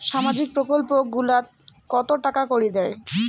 সামাজিক প্রকল্প গুলাট কত টাকা করি দেয়?